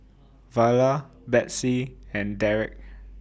Viola Betsey and Dereck